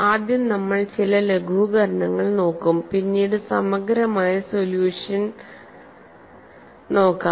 ആദ്യം നമ്മൾ ചില ലഘൂകരണങ്ങൾ നോക്കും പിന്നീട് സമഗ്രമായ സൊല്യൂഷൻ നോക്കാം